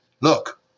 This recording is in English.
Look